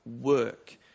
work